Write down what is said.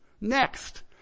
Next